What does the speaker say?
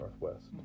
Northwest